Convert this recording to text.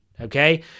Okay